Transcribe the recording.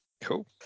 Cool